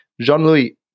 Jean-Louis